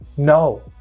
No